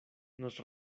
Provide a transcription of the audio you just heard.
nos